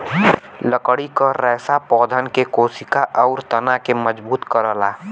लकड़ी क रेसा पौधन के कोसिका आउर तना के मजबूत करला